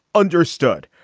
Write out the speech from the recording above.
understood.